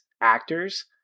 actors